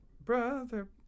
brother